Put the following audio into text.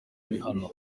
bihano